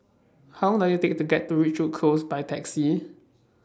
How Long Does IT Take to get to Ridgewood Close By Taxi